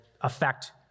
affect